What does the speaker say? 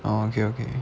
oh okay okay